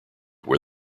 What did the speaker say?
where